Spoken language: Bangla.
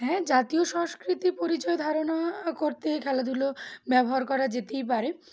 হ্যাঁ জাতীয় সংস্কৃতি পরিচয় ধারণা করতে খেলাধুলো ব্যবহার করা যেতেই পারে